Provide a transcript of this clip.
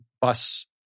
bus